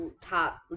top